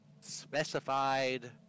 specified